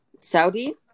Saudi